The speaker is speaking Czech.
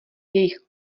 jejich